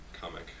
comic